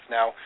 Now